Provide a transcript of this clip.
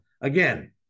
Again